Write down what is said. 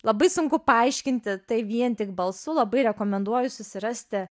labai sunku paaiškinti tai vien tik balsu labai rekomenduoju susirasti